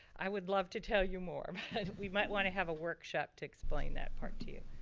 i would love to tell you more but we might wanna have a workshop to explain that part to you.